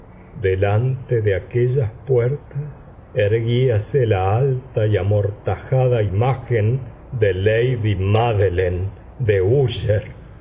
delante de aquellas puertas erguíase la alta y amortajada imagen de lady mádeline de